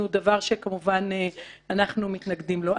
דבר שכמובן אנחנו מתנגדים לו.